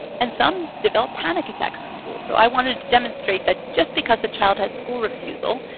and some develop panic attacks in school. so i wanted to demonstrate that just because a child has school refusal,